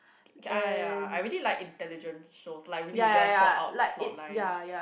K I ya I really like intelligent shows like really well thought out plot lines